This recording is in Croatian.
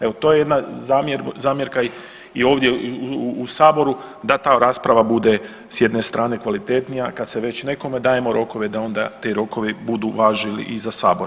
Evo to je jedna zamjerka i ovdje u saboru da ta rasprava bude s jedne strane kvalitetnija kad se već nekome dajemo rokove da onda ti rokovi budu važili i za sabor.